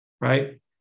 right